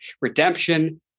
redemption